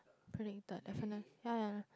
put in the effort meh ya ya ya